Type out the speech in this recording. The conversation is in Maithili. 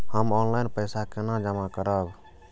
हम ऑनलाइन पैसा केना जमा करब?